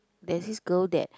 there's this girl that